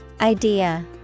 Idea